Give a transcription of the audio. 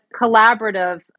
collaborative